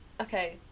Okay